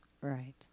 Right